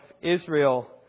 Israel